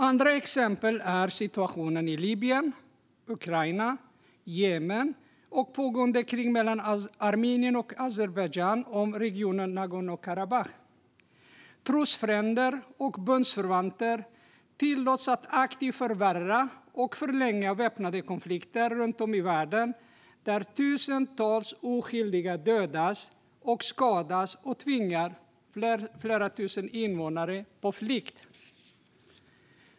Andra exempel är situationen i Libyen, Ukraina, Jemen och det pågående kriget mellan Armenien och Azerbajdzjan om regionen Nagorno-Karabach. Trosfränder och bundsförvanter tillåts att aktivt förvärra och förlänga väpnade konflikter runt om i världen där tusentals oskyldiga dödas och skadas och tvingar flera tusen invånare på flykt.